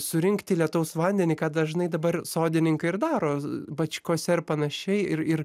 surinkti lietaus vandenį ką dažnai dabar sodininkai ir daro bačkose ar panašiai ir ir